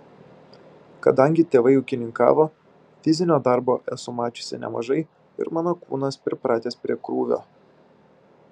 kadangi tėvai ūkininkavo fizinio darbo esu mačiusi nemažai ir mano kūnas pripratęs prie krūvio